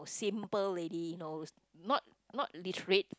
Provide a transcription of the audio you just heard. simple lady you know not not literate